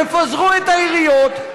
תפזרו את העיריות,